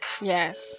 Yes